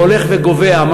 והולך וגווע,